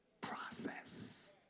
process